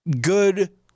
good